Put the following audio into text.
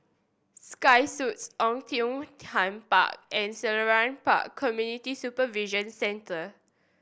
Sky Suites Oei Tiong Ham Park and Selarang Park Community Supervision Centre